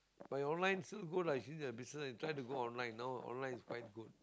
but you online still good lah since the business you try to go online now online is quite good